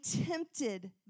tempted